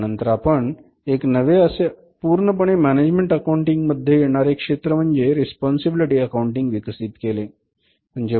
त्यानंतर आपण एक नवे असे पूर्णपणे मॅनेजमेंट अकाऊंटिंग मध्ये येणारे क्षेत्र म्हणजे रिस्पॉन्सिबिलिटी अकाउंटिंग विकसित केले